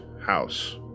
house